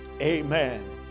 amen